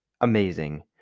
amazing